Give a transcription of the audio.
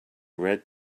red